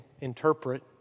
interpret